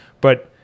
but-